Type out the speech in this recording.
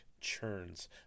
Churns